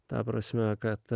ta prasme kad